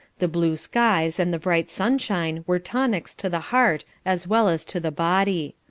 the blue skies and the bright sunshine were tonics to the heart as well as to the body.